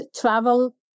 travel